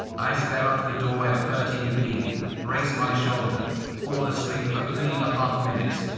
i squared up to the doorway of thirteen b, braced my shoulder, fell asleep for three and a half minutes,